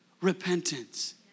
repentance